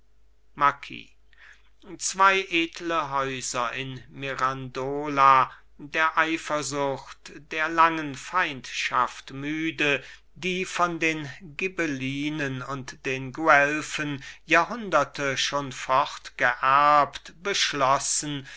marquis zwei edle häuser in mirandola der eifersucht der langen feindschaft müde die von den ghibellinen und den guelfen jahrhunderte schon fortgeerbt beschlossen